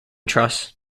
truss